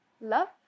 love